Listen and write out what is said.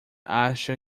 acha